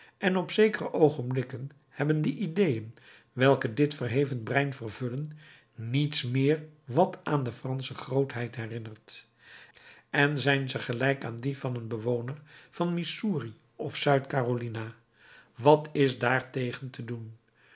en op zekere oogenblikken hebben de ideeën welke dit verheven brein vervullen niets meer wat aan de fransche grootheid herinnert en zijn ze gelijk aan die van een bewoner van missouri of zuid carolina wat is daartegen te doen